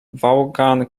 vaughan